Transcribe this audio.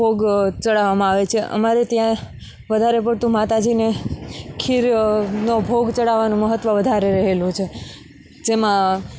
ભોગ ચડાવામાં આવે છે અમારે ત્યાં વધારે પડતું માતાજીને ખીર નો ભોગ ચડાવાનું મહત્ત્વ વધારે રહેલું છે જેમાં